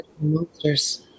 monsters